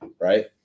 right